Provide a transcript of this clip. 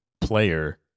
player